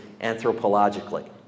anthropologically